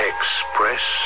Express